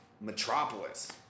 metropolis